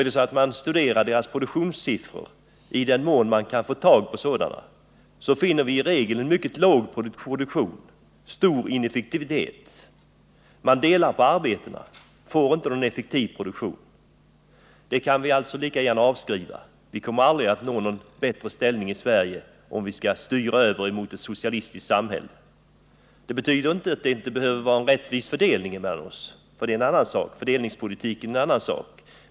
Studerar man deras produktionssiffror, i den mån man kan få tag på sådana, finner man i regel en mycket låg produktion och stor ineffektivitet. Man delar på arbetena och får inte någon effektiv produktion. Det systemet kan vi lika gärna avskriva. Vi kommer aldrig att nå någon bättre ställning i Sverige, om vi styr över mot ett socialistiskt samhälle. Det betyder dock inte att det inte behöver vara en rättvis fördelning hos oss, för det är en annan sak. Fördelningspolitiken är någonting annat.